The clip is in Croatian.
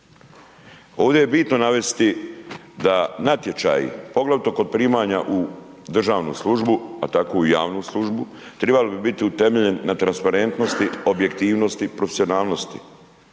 Ovdje je bitno navesti da natječaji poglavito kod primanja u državnu službu pa tako i u javnu službu, trebali biti utemeljeni na transparentnosti, objektivnosti i profesionalnosti.